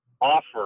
offer